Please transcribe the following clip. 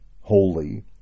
holy